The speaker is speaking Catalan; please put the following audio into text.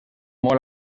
molt